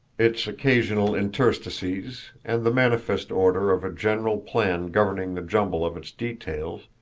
its occasional interstices, and the manifest order of a general plan governing the jumble of its details,